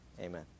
Amen